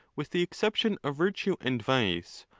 with the exception of virtue and vice,